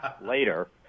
later